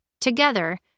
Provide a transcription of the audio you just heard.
Together